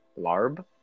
Larb